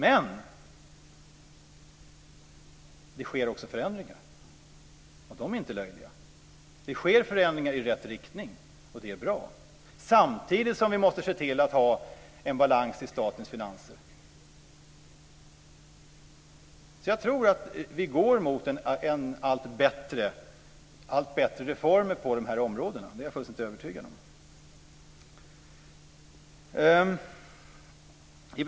Men det sker också förändringar, och de är inte löjliga. Det sker förändringar i rätt riktning, och de är bra. Samtidigt måste vi se till att ha en balans i statens finanser. Jag tror att vi går mot allt bättre reformer på dessa områden. Det är jag fullständigt övertygad om.